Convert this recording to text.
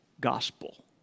gospel